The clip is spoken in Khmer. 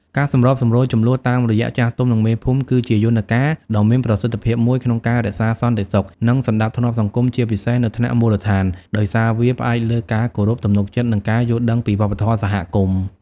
ការសម្របសម្រួលជម្លោះតាមរយៈចាស់ទុំ និងមេភូមិ គឺជាយន្តការដ៏មានប្រសិទ្ធភាពមួយក្នុងការរក្សាសន្តិសុខ និងសណ្តាប់ធ្នាប់សង្គម ជាពិសេសនៅថ្នាក់មូលដ្ឋាន ដោយសារវាផ្អែកលើការគោរព ទំនុកចិត្ត និងការយល់ដឹងពីវប្បធម៌សហគមន៍។